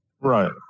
Right